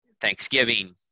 Thanksgiving